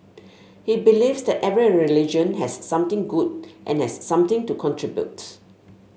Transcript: he believes that every religion has something good and has something to contribute